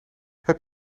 heb